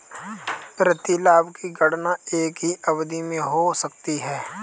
प्रतिलाभ की गणना एक ही अवधि में हो सकती है